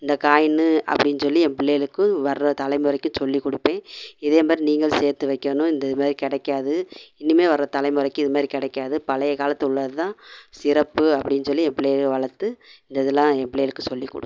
இந்த காயின்னு அப்படின்னு சொல்லி என் பிள்ளைகளுக்கு வர்ற தலைமுறைக்கும் சொல்லிக்கொடுப்பேன் இதேமாதிரி நீங்களும் சேர்த்து வைக்கணும் இந்த இதுமாதிரி கிடைக்காது இனிமேல் வர தலைமுறைக்கு இதுமாதிரி கிடைக்காது பழைய காலத்து உள்ளதுதான் சிறப்பு அப்படின்னு சொல்லி என் பிள்ளையல வளர்த்து இந்த இதெல்லாம் என் பிள்ளைகளுக்கு சொல்லிக்கொடுப்பேன்